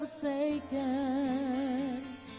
forsaken